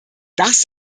das